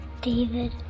David